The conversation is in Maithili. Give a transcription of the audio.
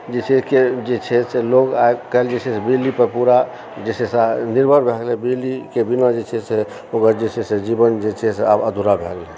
जे छै से लोग आइकाल्हि जे छै से बिजली पर पूरा जे छै से निर्भर भए गेलय बिजलीके बिना जे छै से ओकर जे छै से जीवन जे छै से आब अधूरा भए गेलय हँ